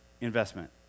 investment